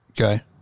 Okay